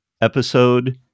episode